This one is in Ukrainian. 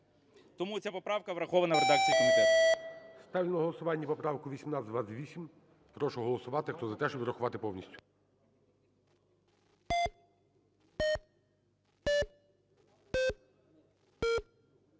Тому ця поправка врахована в редакції комітету. ГОЛОВУЮЧИЙ. Ставлю на голосування поправку 1828. Прошу голосувати. Хто за те, щоби врахувати повністю.